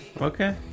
Okay